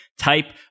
type